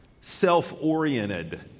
self-oriented